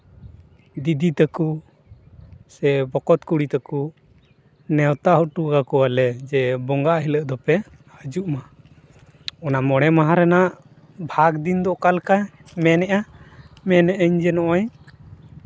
ᱫᱤᱫᱤ ᱛᱟᱠᱚ ᱥᱮ ᱵᱚᱠᱚᱛ ᱠᱩᱲᱤ ᱛᱟᱠᱚ ᱱᱮᱶᱛᱟ ᱦᱚᱴᱚ ᱠᱟᱠᱚᱣᱟᱞᱮ ᱡᱮ ᱵᱚᱸᱜᱟ ᱦᱤᱞᱳᱜ ᱫᱚᱯᱮ ᱦᱤᱡᱩᱜ ᱢᱟ ᱚᱱᱟ ᱢᱚᱬᱮ ᱢᱟᱦᱟ ᱨᱮᱱᱟᱜ ᱵᱷᱟᱜᱽ ᱫᱤᱱ ᱫᱚ ᱚᱠᱟ ᱞᱮᱠᱟ ᱢᱮᱱᱮᱫᱼᱟ ᱢᱮᱱᱮᱫᱼᱟᱹᱧ ᱡᱮ ᱱᱚᱣᱟ